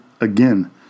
Again